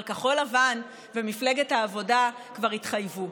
אבל כחול לבן ומפלגת העבודה כבר התחייבו.